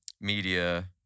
media